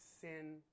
sin